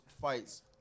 fights